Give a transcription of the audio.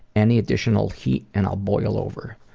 any additional heat and i'll boil over.